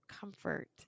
comfort